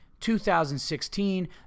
2016